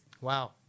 Wow